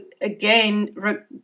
again